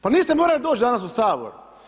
Pa niste morali doći danas u Sabor.